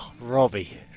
Robbie